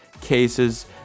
cases